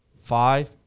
Five